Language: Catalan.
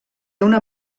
una